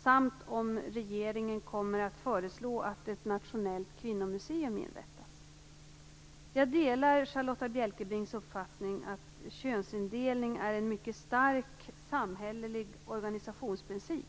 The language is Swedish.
samt om regeringen kommer att föreslå att ett nationellt kvinnomuseum inrättas. Jag delar Charlotta Bjälkebrings uppfattning att könsindelning är en mycket stark samhällelig organisationsprincip.